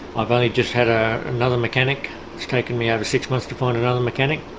i've only just had ah another mechanic it's taken me over six months to find another mechanic.